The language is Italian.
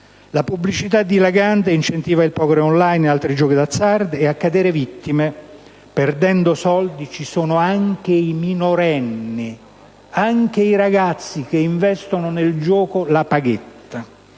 La pubblicità dilagante incentiva il poker *on line* e altri giochi d'azzardo e a caderne vittime, perdendo soldi, sono anche i minorenni, anche i ragazzi che nel gioco investono la paghetta.